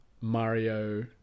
Mario